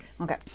okay